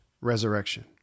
resurrection